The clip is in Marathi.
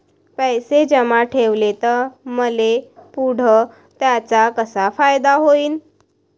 पैसे जमा ठेवले त मले पुढं त्याचा कसा फायदा होईन?